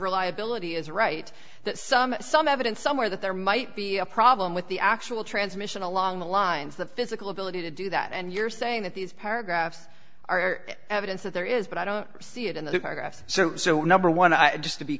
reliability is right that some some evidence somewhere that there might be a problem with the actual transmission along the lines the physical ability to do that and you're saying that these paragraphs are evidence that there is but i don't see it in the graphs so so number one i just to be